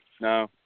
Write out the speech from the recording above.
no